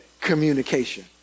communication